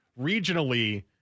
regionally